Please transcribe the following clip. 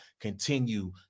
continue